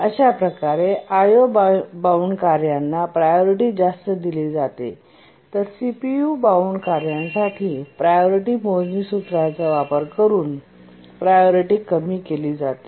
अशा प्रकारे I O bound कार्यांना प्रायोरिटी जास्त दिली जाते तर सीपीयु बाउंड कार्यांसाठी प्रायोरिटी मोजणी सूत्राचा वापर करून प्रायोरिटी कमी केली जाते